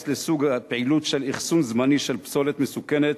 לסוג הפעילות של אחסון זמני של פסולת מסוכנת